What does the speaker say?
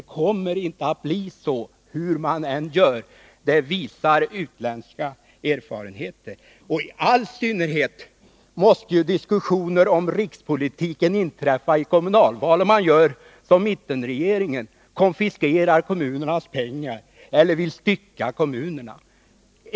Det kommer inte att bli så, hur man än gör — det visar utländska erfarenheter. I all synnerhet måste diskussioner om rikspolitiken inträffa vid kommunalval, om man, som mittenregeringen gjorde, konfiskerar kommunernas pengar eller vill stycka kommunerna.